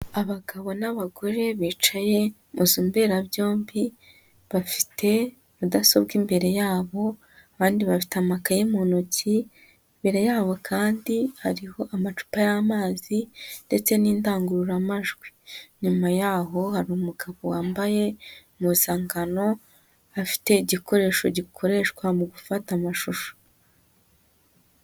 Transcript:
Abagabo n'abagore bicaye mu nzu mberabyombi bafite mudasobwa imbere yabo, abandi bafite amakayi mu ntoki, imbere yabo kandi hariho amacupa y'amazi ndetse n'indangururamajwi, inyuma yaho hari umugabo wambaye impuzangano afite igikoresho gikoreshwa mu gufata amashusho.